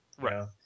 Right